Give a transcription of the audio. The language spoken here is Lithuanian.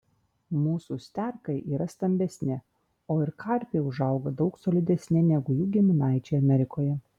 mūsų sterkai yra stambesni o ir karpiai užauga daug solidesni negu jų giminaičiai amerikoje